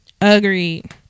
agreed